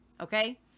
okay